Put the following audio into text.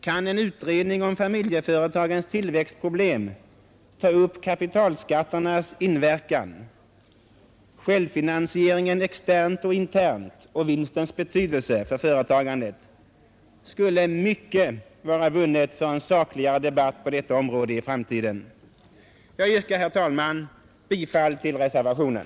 Kunde en utredning om familjeföretagens tillväxtproblem ta upp kapitalskatternas inverkan, självfinansieringen externt och internt och vinstens betydelse för företagandet skulle mycket vara vunnet för en sakligare debatt på detta område i framtiden. Jag yrkar, herr talman, bifall till reservationen.